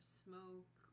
smoke